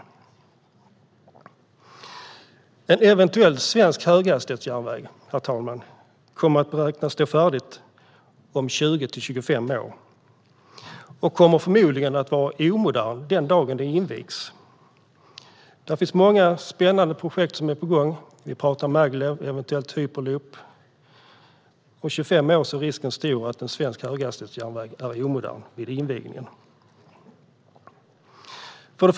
Herr talman! En eventuell svensk höghastighetsjärnväg beräknas stå färdig om 20-25 år. Den kommer förmodligen att vara omodern den dag den invigs. Det finns många spännande projekt som är på gång - vi pratar om maglev och eventuellt hyperloop. Om 25 år är risken stor att en svensk höghastighetsjärnväg är omodern vid invigningen. Herr talman!